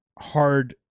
hard